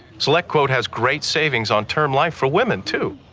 selectquote has great savings on term life for women, too.